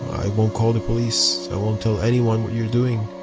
i won't call the police. i won't tell anyone what you're doing